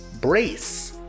Brace